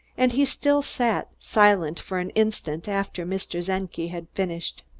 and he still sat silent for an instant after mr. czenki had finished.